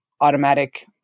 automatic